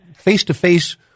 face-to-face